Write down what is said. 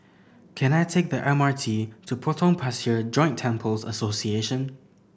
can I take the M R T to Potong Pasir Joint Temples Association